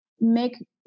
make